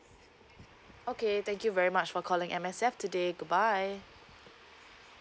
okay thank you very much for calling M_S_F today to buy